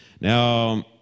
Now